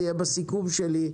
זה יהיה בסיכום שלי.